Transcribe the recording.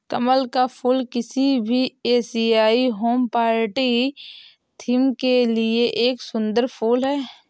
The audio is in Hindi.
कमल का फूल किसी भी एशियाई होम पार्टी थीम के लिए एक सुंदर फुल है